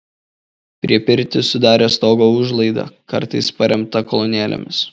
priepirtį sudarė stogo užlaida kartais paremta kolonėlėmis